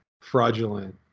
fraudulent